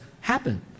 happen